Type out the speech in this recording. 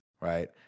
right